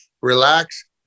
relax